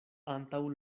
antaŭ